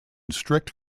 strict